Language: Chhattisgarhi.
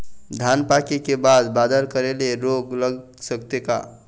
धान पाके के बाद बादल करे ले रोग लग सकथे का?